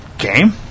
game